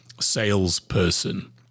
salesperson